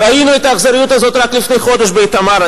ראינו את האכזריות הזאת רק לפני חודש באיתמר.